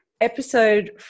episode